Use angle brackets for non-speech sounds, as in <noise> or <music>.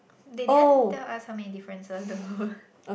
they didn't tell us how many differences though <laughs>